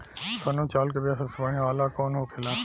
सोनम चावल के बीया सबसे बढ़िया वाला कौन होखेला?